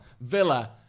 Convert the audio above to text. Villa